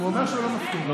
אומר שהוא לא מסכים.